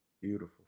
beautiful